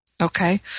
Okay